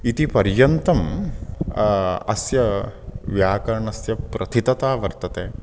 इति पर्यन्तम् अस्य व्याकरणस्य प्रथितता वर्तते